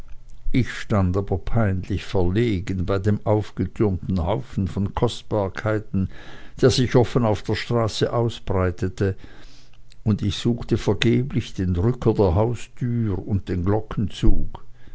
ich stand aber peinlich verlegen bei dem aufgetürmten haufen von kostbarkeiten der sich offen auf der straße ausbreitete und ich suchte vergeblich den drücker der haustüre und den glockenzug